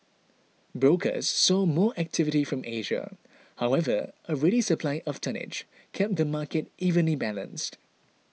brokers saw more activity from Asia however a ready supply of tonnage kept the market evenly balanced